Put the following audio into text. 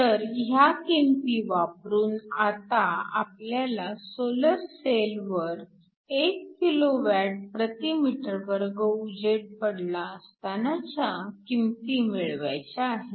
तर ह्या किंमती वापरून आता आपल्याला सोलर सेल वर 1KWm2 उजेड पडला असतानाच्या किंमती मिळवायच्या आहेत